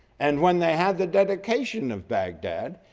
and when they have the dedication of baghdad,